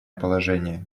положение